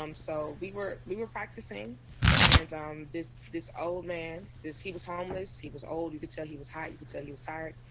um so we were we were practicing and um this this. oh, man, is he was homeless. he was old. you could tell he was hot. you could tell he was tired.